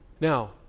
Now